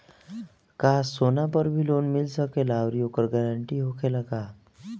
का सोना पर भी लोन मिल सकेला आउरी ओकर गारेंटी होखेला का?